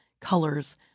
Colors